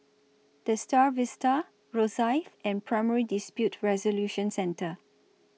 The STAR Vista Rosyth and Primary Dispute Resolution Centre